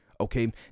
Okay